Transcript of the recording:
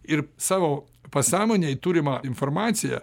ir savo pasąmonėj turimą informaciją